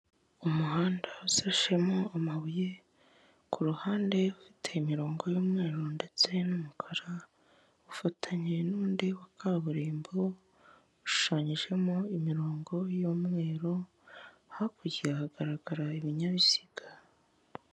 Umuhanda usashemo amabuye ku ruhande ufite imirongo y'umweru ndetse n'umukara, ufatanye n'undi wa kaburimbo, ushushanyijemo imiringo y'umweru, hakurya hagaragara ibinyabiziga.